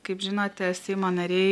kaip žinote seimo nariai